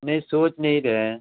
नहीं सोच नहीं रहें